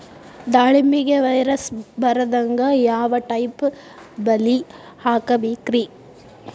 ದಾಳಿಂಬೆಗೆ ವೈರಸ್ ಬರದಂಗ ಯಾವ್ ಟೈಪ್ ಬಲಿ ಹಾಕಬೇಕ್ರಿ?